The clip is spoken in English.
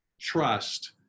trust